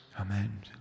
Amen